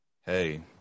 Hey